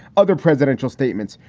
other presidential statements,